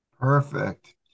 Perfect